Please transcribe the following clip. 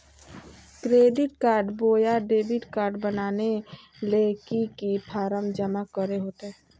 Credit card बोया debit card बनाने ले की की फॉर्म जमा करे होते?